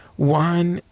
one,